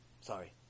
Sorry